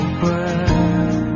breath